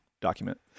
document